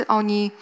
oni